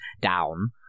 down